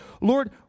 Lord